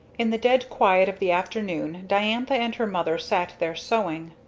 in the dead quiet of the afternoon diantha and her mother sat there sewing.